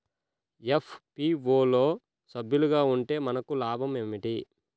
FPO లో సభ్యులుగా ఉంటే మనకు లాభం ఏమిటి?